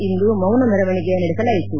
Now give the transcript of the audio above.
ಇಂದು ಮೌನಮೆರವಣಿಗೆ ನಡೆಸಲಾಯಿತು